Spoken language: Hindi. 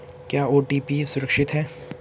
क्या ओ.टी.पी सुरक्षित है?